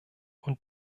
und